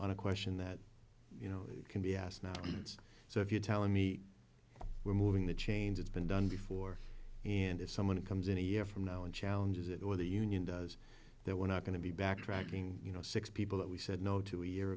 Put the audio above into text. on a question that you know can be asked now it's so if you're telling me we're moving the chains it's been done before and if someone comes in a year from now and challenges it or the union does that we're not going to be backtracking you know six people that we said no to a year